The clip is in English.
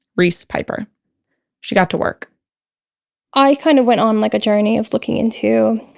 reese piper she got to work i kind of went on like a journey of looking into.